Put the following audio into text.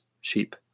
sheep